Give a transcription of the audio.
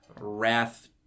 Wrath